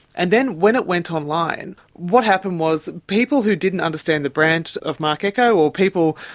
and then when it went online, what happened was people who didn't understand the brand of marc ecko or people,